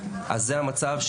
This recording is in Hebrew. אז זה המצב,